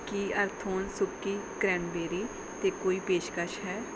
ਕੀ ਅਰਥੋਨ ਸੁੱਕੀ ਕ੍ਰੈਂਨਬੇਰੀ 'ਤੇ ਕੋਈ ਪੇਸ਼ਕਸ਼ ਹੈ